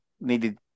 needed